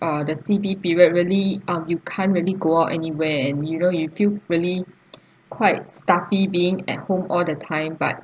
uh the C_B period really ah you can't really go out anywhere and you know you feel really quite stuffy being at home all the time but